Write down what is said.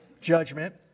judgment